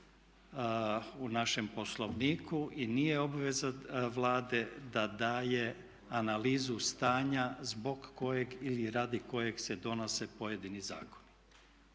u našem Poslovniku i nije obveza Vlade da daje analizu stanja zbog kojeg ili radi kojeg se donose pojedini zakoni.